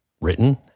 written